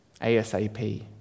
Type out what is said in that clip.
ASAP